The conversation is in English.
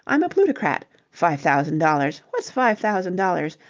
i'm a plutocrat. five thousand dollars! what's five thousand dollars?